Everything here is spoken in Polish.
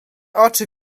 oczy